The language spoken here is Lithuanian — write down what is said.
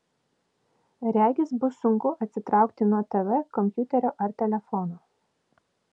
regis bus sunku atsitraukti nuo tv kompiuterio ar telefono